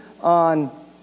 on